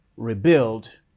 Rebuild